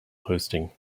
hosting